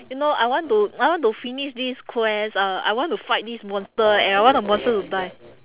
you know I want to I want to finish this quest uh I want to fight this monster and I want the monster to die